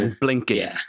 blinking